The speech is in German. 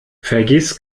vergiss